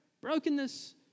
brokenness